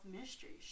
mysteries